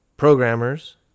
Programmers